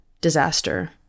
disaster